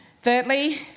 Thirdly